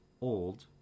old